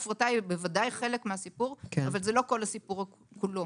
הפרטה היא בוודאי חלק מהסיפור אבל לא כל הסיפור כולו.